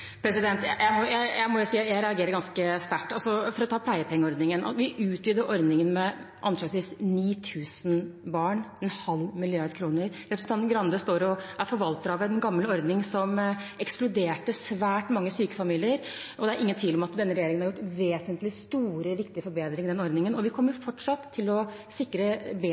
Jeg må si at jeg reagerer ganske sterkt. For å ta pleiepengeordningen: Vi utvider ordningen for anslagsvis 9 000 barn, med en halv milliard kroner. Representanten Grande er forvalter av en gammel ordning som ekskluderte svært mange syke i familier, og det er ingen tvil om at denne regjeringen har gjort vesentlige, store og viktige forbedringer i den ordningen. Vi kommer fortsatt til å sikre bedre